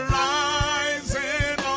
rising